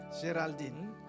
Geraldine